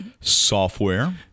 software